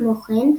כמו כן,